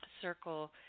circle